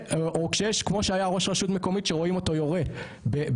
כשיש כמו שהיה ראש רשות מקומית שרואים אותו יורה באדם?